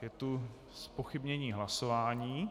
Je tu zpochybnění hlasování.